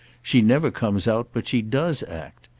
she never comes out but she does act.